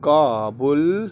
Kabul